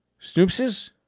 Snoopses